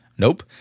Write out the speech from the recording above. Nope